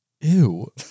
Ew